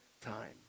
time